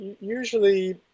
usually